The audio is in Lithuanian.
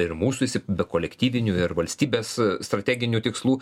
ir mūsų įsi be kolektyvinių ir valstybės strateginių tikslų